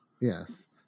Yes